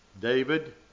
David